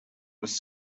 was